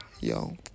yo